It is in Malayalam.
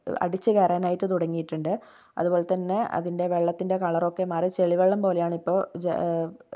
അടിച്ചു കയറാനായിട്ട് തുടങ്ങിയിട്ടുണ്ട് അതുപോലെത്തന്നെ അതിൻ്റെ വെളളത്തിൻ്റെ കളറൊക്കെ മാറി ചെളിവെള്ളം പോലെയാണ് ഇപ്പോൾ ജെ ജെ